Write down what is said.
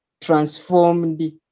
transformed